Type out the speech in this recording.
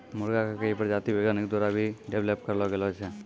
मुर्गा के कई प्रजाति वैज्ञानिक द्वारा भी डेवलप करलो गेलो छै